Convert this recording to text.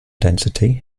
density